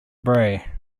bray